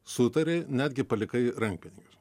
sutarei netgi palikai rankpinigius